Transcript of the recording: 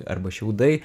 arba šiaudai